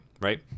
right